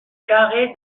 carré